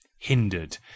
hindered